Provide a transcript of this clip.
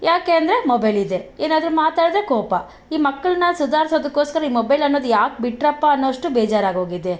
ಯಾಕೆ ಅಂದರೆ ಮೊಬೈಲ್ ಇದೆ ಏನಾದರು ಮಾತಾಡಿದ್ರೆ ಕೋಪ ಈ ಮಕ್ಕಳನ್ನ ಸುಧಾರಿಸೋದಕ್ಕೋಸ್ಕರ ಈ ಮೊಬೈಲ್ ಅನ್ನೋದು ಯಾಕೆ ಬಿಟ್ರಪ್ಪ ಅನ್ನೋಷ್ಟು ಬೇಜಾರಾಗೋಗಿದೆ